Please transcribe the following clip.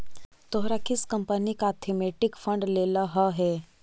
तोहरा किस कंपनी का थीमेटिक फंड लेलह हे